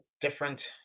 different